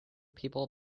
people